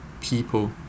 people